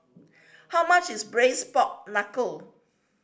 how much is Braised Pork Knuckle